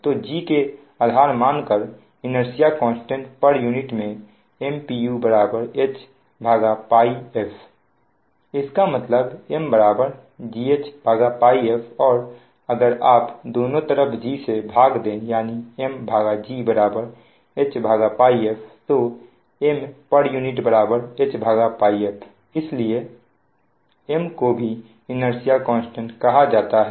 तो G को आधार मान कर इनेर्सिया कांस्टेंट pu में M pu HΠf इसका मतलब M GHΠfऔर अगर आप दोनों तरफ G से भाग दे यानी MG HΠfतो M pu HΠfइसलिए M को भी इनेर्सिया कांस्टेंट कहा जाता है